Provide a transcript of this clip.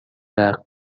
وقت